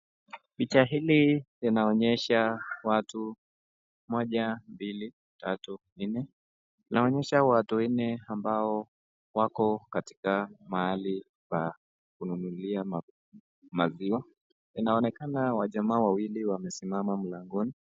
picha hili linaonyesha watu moja ,mbili ,tatu, nne. Inaonyesha watu nne ambao wako katika mahali pa kununulia maziwa ,inaonekana majamaa wawili wamesimama mlangoni.....